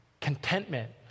contentment